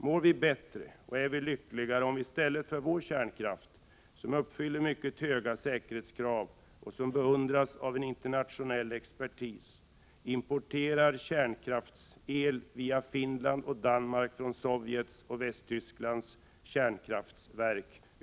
Mår vi bättre och är vi lyckligare om vi i stället för vår kärnkraft — som uppfyller mycket höga säkerhetskrav och som beundras av en internationell expertis — importerar kärnkraftsel via Finland och Danmark över nordelsys temet från Sovjets och Västtysklands kärnkraftverk?